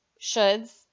shoulds